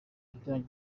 ajyanye